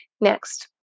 Next